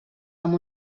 amb